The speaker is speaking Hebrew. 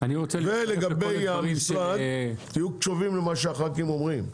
ולגבי המשרד, תהיו קשובים למה שהח"כים אומרים.